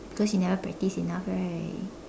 because you never practice enough right